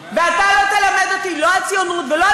ואתה לא תלמד אותי לא על ציונות ולא על